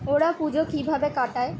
ওরা পুজো কীভাবে কাটায়